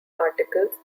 articles